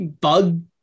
bug